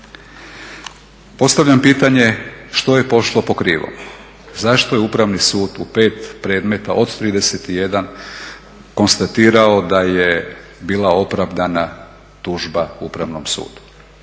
Postavljam pitanje što je pošlo po krivom, zašto je upravni sud u 5 predmeta od 31 konstatirao da je bila opravdana tužba upravnom sudu?